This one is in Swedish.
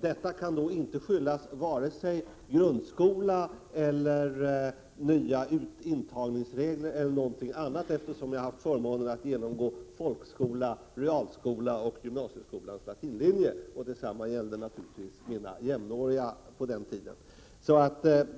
Detta kan inte skyllas på vare sig grundskolan, nya antagningsreg ler eller någonting annat. Jag har haft förmånen att genomgå folkskola, realskola och gymnasieskolans latinlinje. Detsamma gällde på den tiden naturligtvis mina jämnåriga. Den